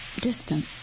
distant